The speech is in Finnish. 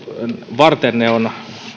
varten ne ovat